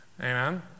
amen